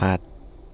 সাত